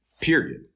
period